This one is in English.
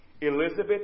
Elizabeth